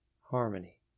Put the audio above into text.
Harmony